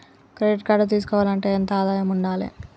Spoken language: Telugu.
క్రెడిట్ కార్డు తీసుకోవాలంటే ఎంత ఆదాయం ఉండాలే?